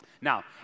Now